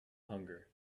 hunger